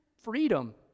freedom